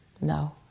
no